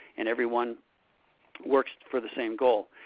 and everyone works for the same goal.